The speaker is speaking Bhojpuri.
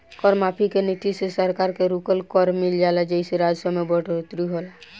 कर माफी के नीति से सरकार के रुकल कर मिल जाला जेइसे राजस्व में बढ़ोतरी होला